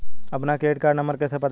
अपना credit card number कैसे पता करें?